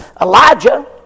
Elijah